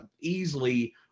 easily